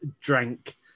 drank